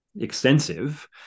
extensive